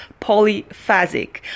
polyphasic